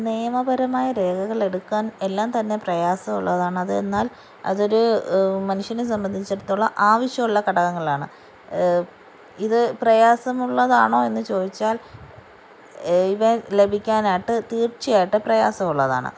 നിയമപരമായി രേഖകൾ എടുക്കാൻ എല്ലാം തന്നെ പ്രയാസമുള്ളതാണ് അത് എന്നാൽ അതൊരു മനുഷ്യനെ സംബന്ധിച്ചെടത്തോളം ആവശ്യമുള്ള ഘടകങ്ങളാണ് ഇത് പ്രയാസമുള്ളതാണോ എന്ന് ചോദിച്ചാൽ ഇവ ലഭിക്കാനായിട്ട് തീർച്ചയായിട്ടും പ്രയാസമുള്ളതാണ്